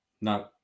No